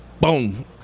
Boom